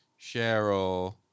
Cheryl